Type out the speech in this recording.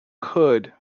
could